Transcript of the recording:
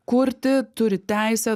kurti turi teisę